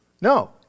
No